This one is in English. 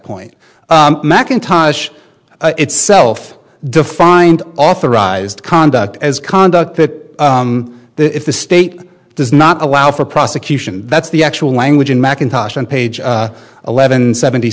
point mackintosh itself defined authorized conduct as conduct that if the state does not allow for prosecution that's the actual language in mackintosh on page eleven seventy